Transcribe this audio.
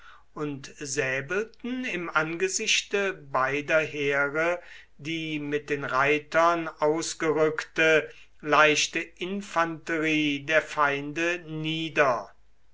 und säbelten im angesichte beider heere die mit den reitern ausgerückte leichte infanterie der feinde nieder